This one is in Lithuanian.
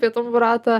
pietum buratą